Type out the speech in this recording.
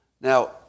Now